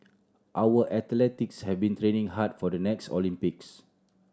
our athletes have been training hard for the next Olympics